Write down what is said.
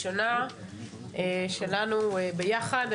ראשונה שלנו ביחד.